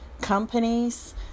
companies